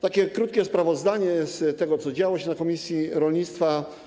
Takie krótkie sprawozdanie z tego, co działo się na posiedzeniu komisji rolnictwa.